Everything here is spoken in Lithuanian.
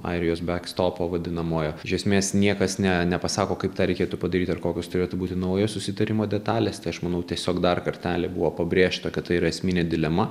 airijos bekstopo vadinamojo iš esmės niekas ne nepasako kaip tą reikėtų padaryti ir kokios turėtų būti naujos susitarimo detalės tai aš manau tiesiog dar kartelį buvo pabrėžta kad tai yra esminė dilema